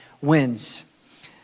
wins